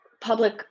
public